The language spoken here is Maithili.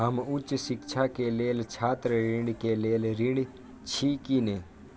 हम उच्च शिक्षा के लेल छात्र ऋण के लेल ऋण छी की ने?